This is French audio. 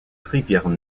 rivière